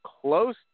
close